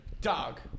Dog